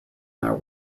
their